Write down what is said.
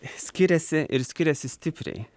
skiriasi ir skiriasi stipriai